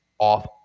off